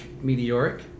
meteoric